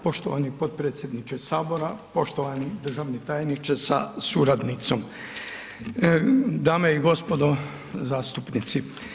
Poštovani potpredsjedniče Sabora, poštovani državni tajniče sa suradnicom, dame i gospodo zastupnici.